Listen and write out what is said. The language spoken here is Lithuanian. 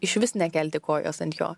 išvis nekelti kojos ant jo